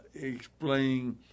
explaining